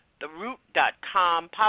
TheRoot.com